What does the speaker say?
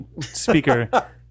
speaker